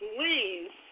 Please